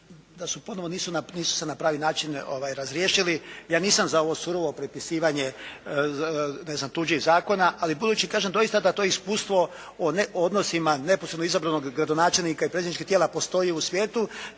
da ponovno nisu se na pravi način razriješili. Ja nisam za ovo surovo prepisivanje ne znam tuđih zakona. Ali budući kažem doista da to iskustvo o odnosima neposredno izabranog gradonačelnika i predsjedničkih tijela postoji u svijetu